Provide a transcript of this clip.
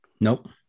Nope